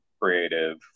creative